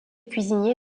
cuisinier